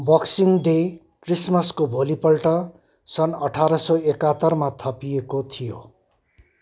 boxing day क्रिसमसको भोलिपल्ट सन् अठार सय एकहत्तरमा थपिएको थियो